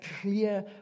clear